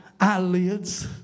eyelids